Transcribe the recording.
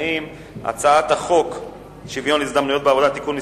חוק שוויון ההזדמנויות בעבודה (תיקון מס'